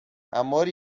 amor